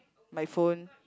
my phone